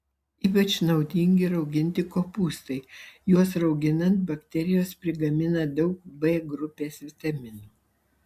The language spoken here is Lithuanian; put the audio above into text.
ypač naudingi rauginti kopūstai juos rauginant bakterijos prigamina daug b grupės vitaminų